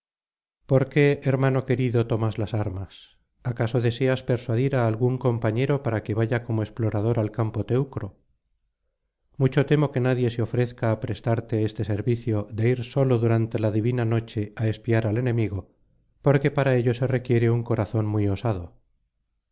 hermano querido tomas las armas acaso deseas persuadir á algún compañero para que vaya como explorador al campo teucro mucho temo que nadie se ofrezca á prestarte jeste servicio de ir solo durante la divina noche á espiar al enemigo porque para ello se requiere un corazón muy osado